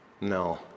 No